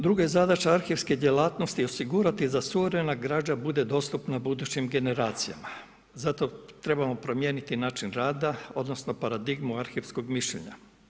Druga zadaća arhivske djelatnosti je osigurati da suvremena građa bude dostupna budućim generacijama, za to trebamo promijeniti način rada odnosno paradigmu arhivskog mišljenja.